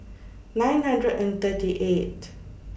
nine hundred and thirty eight